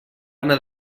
anar